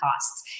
costs